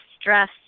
stress